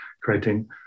creating